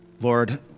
Lord